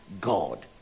God